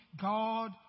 God